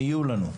יהיו לנו.